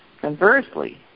Conversely